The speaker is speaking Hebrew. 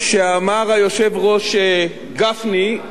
שאמר עליהם היושב-ראש גפני,